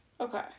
Okay